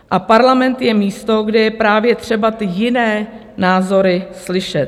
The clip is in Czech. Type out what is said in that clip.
A parlament je místo, kde je právě třeba ty jiné názory slyšet.